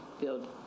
build